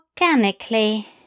Organically